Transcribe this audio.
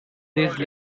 these